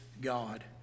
God